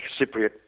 Cypriot